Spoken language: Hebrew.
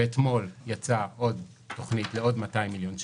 ואתמול יצאה עוד תוכנית לעוד 200 מיליון שקל.